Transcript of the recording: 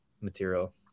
material